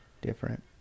different